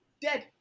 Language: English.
Dead